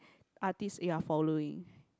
artist you are following